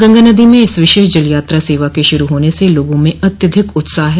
गंगा नदी में इस विशेष जल यात्रा सेवा के शुरू होने से लोगों में अत्यधिक उत्साह है